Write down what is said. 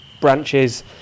branches